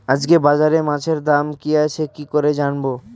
আজকে বাজারে মাছের দাম কি আছে কি করে জানবো?